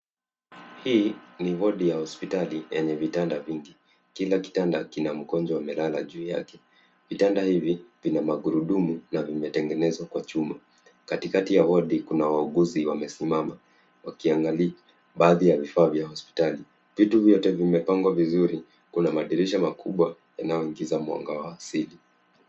Hii ni wodi ya hospitai yenye vitanda vingi. Kila kitanda kina mgonjwa amelala juu yake. Vitanda hivi vina magurudumu na vimetengenezwa kwa chuma. Katikati ya wodi kuna wauguzi wamesimama, wakiangalia baadhi ya vifaa vya hospitali. Vitu vyote vimepangwa vizuri. Kuna madirisha makubwa yanayoingiza mwanga wa asili.